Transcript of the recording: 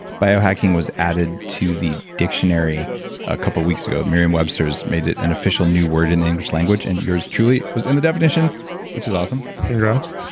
biohacking was added to the dictionary a couple of weeks ago. merriam-webster has made it an official new word in the english and yours truly was in the definition which is awesome congrats!